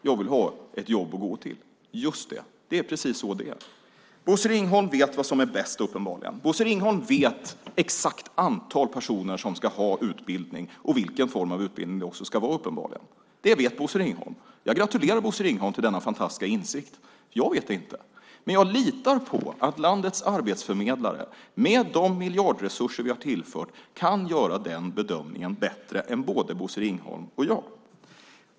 Jag vill ha ett jobb att gå till. Det är precis så det är. Bosse Ringholm vet uppenbarligen vad som är bäst. Bosse Ringholm vet exakt vilket antal personer som ska ha utbildning och uppenbarligen också vilken form av utbildning det ska vara. Det vet Bosse Ringholm. Jag gratulerar Bosse Ringholm till denna fantastiska insikt. Jag vet inte det. Men jag litar på att landets arbetsförmedlare med de miljardresurser som vi har tillfört kan göra den bedömningen bättre än både Bosse Ringholm och jag.